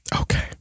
Okay